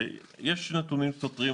יש נתונים סותרים,